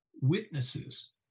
witnesses